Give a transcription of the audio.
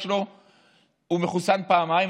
הוא מחוסן פעמיים,